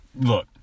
look